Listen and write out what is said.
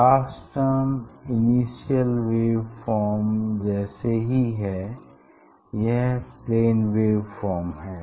last term initial wave form जैसे ही है यह प्लेन वेव फॉर्म है